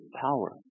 power